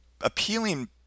appealing